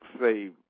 say